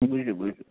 বুজিছোঁ বুজিছোঁ